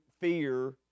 fear